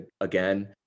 again